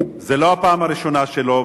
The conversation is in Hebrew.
זאת לא הפעם הראשונה שלו,